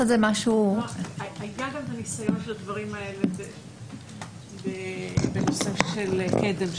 היה גם ניסיון של הדברים האלה בנושא של קד"ם,